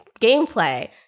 gameplay